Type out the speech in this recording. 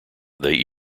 they